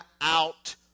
out